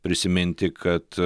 prisiminti kad